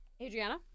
Adriana